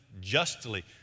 justly